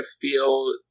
feel